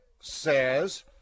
says